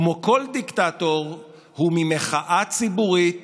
כמו כל דיקטטור, הוא ממחאה ציבורית